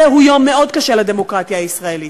זהו יום מאוד קשה לדמוקרטיה הישראלית.